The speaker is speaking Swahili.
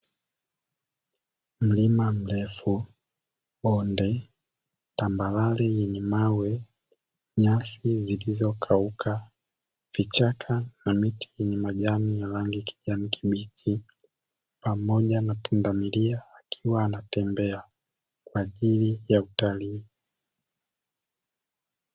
Mlima mrefu, bonde, tambarare yenye mawe, nyasi zilizo kauka, vichaka na miti yenye majani ya rangi ya kijani kibichi, pamoja na pundamilia akiwa anatembea kwa ajili ya utalii.